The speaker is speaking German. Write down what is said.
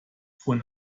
von